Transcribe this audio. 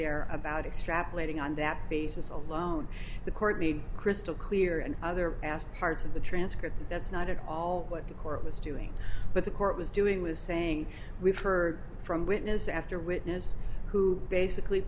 there about extrapolating on that basis alone the court made crystal clear and other asked parts of the transcript that's not at all what the court was doing but the court was doing was saying we've heard from witness after witness who basically